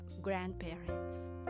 grandparents